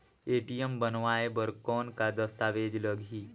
ATM बनवाय बर कौन का दस्तावेज लगही?